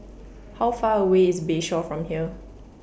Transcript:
How Far away IS Bayshore from here